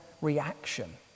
reaction